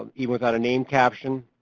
um even without a name caption,